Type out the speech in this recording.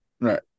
right